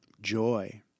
joy